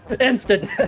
Instant